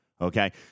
Okay